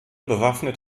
bewaffnet